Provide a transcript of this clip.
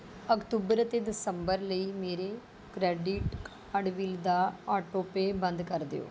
October ਅਤੇ ਦਸੰਬਰ ਲਈ ਮੇਰੇ ਕਰੈਡਿਟ ਕਾਰਡ ਬਿੱਲ ਦਾ ਆਟੋਪੇਅ ਬੰਦ ਕਰ ਦਿਓ